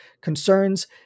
concerns